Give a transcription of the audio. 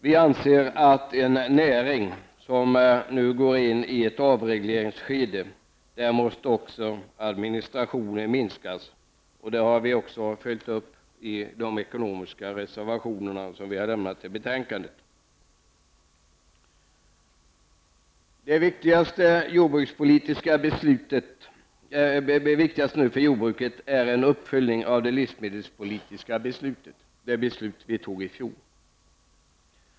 Vi anser att när en näring nu går in i ett avregleringsskede måste administrationen minskas. Det har vi också följt upp i de ekonomiska reservationer som vi har fogat till betänkandet. Det viktigaste för jordbruket just nu är en uppföljning av det livsmedelspolitiska beslut som vi fattade i fjol.